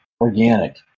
organic